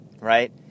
right